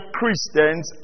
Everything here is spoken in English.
Christians